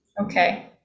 Okay